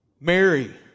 Mary